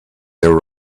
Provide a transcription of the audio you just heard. there